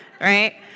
right